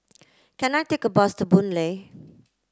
can I take a bus to Boon Lay